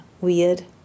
weird